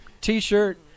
t-shirt